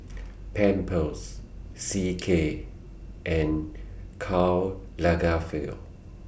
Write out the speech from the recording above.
Pampers C K and Karl Lagerfeld